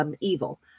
evil